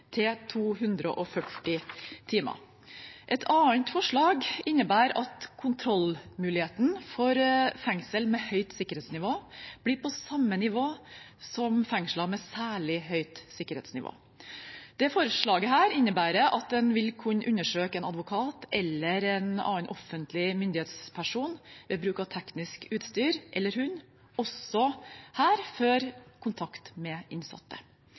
til 240 timer. Et annet forslag innebærer at kontrollmuligheten for fengsler med høyt sikkerhetsnivå blir på samme nivå som for fengsler med særlig høyt sikkerhetsnivå. Dette forslaget innebærer at man også her vil kunne undersøke en advokat eller en offentlig myndighetsperson ved bruk av teknisk utstyr eller hund før kontakt med innsatte.